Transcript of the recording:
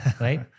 right